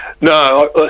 No